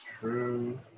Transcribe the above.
true